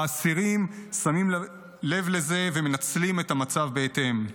והאסירים שמים לב לזה ומנצלים את המצב בהתאם.